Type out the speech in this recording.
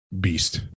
beast